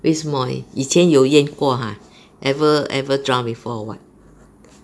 为什么以前有淹过 !huh! ever ever drown before or what